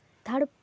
third